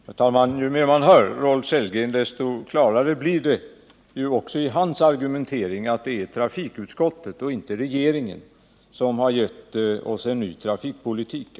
Herr talman! Ju mer man hör Rolf Sellgren, desto klarare blir det också av hans argumentering att det är trafikutskottet och inte regeringen som har gett oss en ny trafikpolitik.